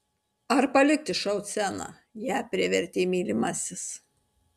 ar palikti šou sceną ją privertė mylimasis